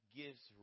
gives